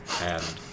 And-